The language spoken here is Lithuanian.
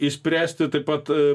išspręsti taip pat